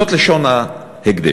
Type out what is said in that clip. זאת לשון ההקדש.